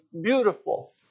beautiful